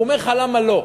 הוא אומר לך למה לא.